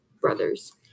brothers